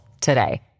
today